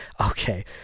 Okay